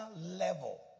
level